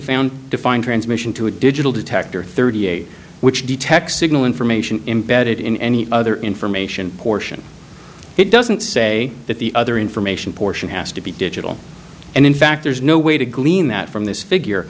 found defined transmission to a digital detector thirty eight which detects signal information embedded in any other information portion it doesn't say that the other information portion has to be digital and in fact there's no way to glean that from this figure